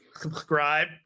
subscribe